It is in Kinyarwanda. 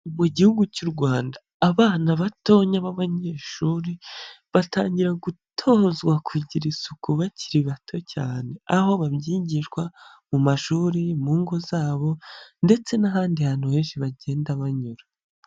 Mu gihugu cy'u Rwanda, abana batoya b'abanyeshuri batangira gutozwa kugira isuku bakiri bato cyane, aho babyigishwa, mu mashuri, mu ngo zabo ndetse n'ahandi hantu henshi bagenda banyura.